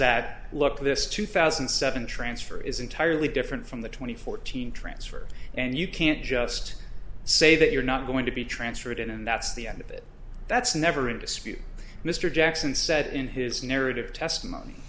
that look this two thousand and seven transfer is entirely different from the twenty fourteen transfer and you can't just say that you're not going to be transferred in and that's the end of it that's never in dispute mr jackson said in his narrative testimony